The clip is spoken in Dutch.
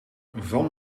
van